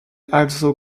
also